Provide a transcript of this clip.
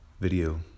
video